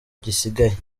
gisigaye